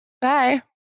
Bye